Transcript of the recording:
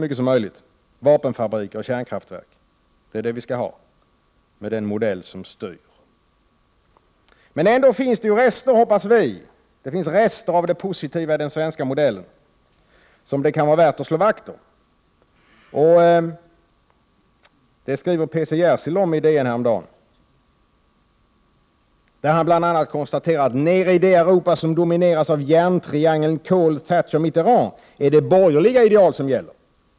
Det skall vi ha, den modellen får styra. Ändå finns det rester, hoppas vi, av det positiva i den svenska modellen som det kan vara värt att slå vakt om. Det skrev P C Jersild i Dagens Nyheter om häromdagen, där han bl.a. konstaterade att i det Europa som domineras av järntriangeln Kohl, Thatcher och Mitterrand är det de borgerliga idealen som gäller.